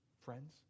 friends